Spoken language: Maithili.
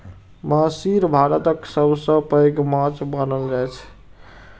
महसीर भारतक सबसं पैघ माछ मानल जाइ छै